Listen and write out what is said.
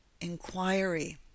inquiry